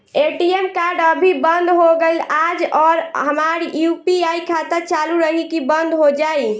ATM card अभी बंद हो गईल आज और हमार यू.पी.आई खाता चालू रही की बन्द हो जाई?